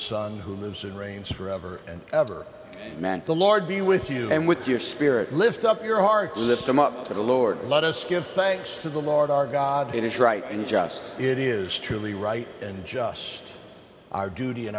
son who lives and reigns forever and ever meant the lord be with you and with your spirit lift up your heart lift him up to the lord let us give thanks to the lord our god it is right in jest it is truly right and just our duty